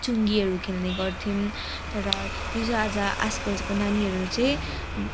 चुङ्गीहरू खेल्ने गर्थ्यौँ तर हिजोआज आजकलको नानीहरू चाहिँ